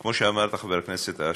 כמו שאמרת, חבר הכנסת אשר,